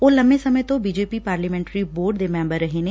ਉਹ ਲੰਮੇ ਸਮੇ ਤੋ ਬੀਜੇਪੀ ਪਾਰਲੀਮੈਟਰੀ ਬੋਰਡ ਦੇ ਮੈਬਰ ਨੇ